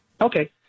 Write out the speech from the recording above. Okay